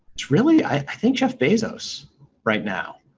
it's really, i think jeff bezos right now.